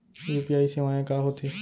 UPI सेवाएं का होथे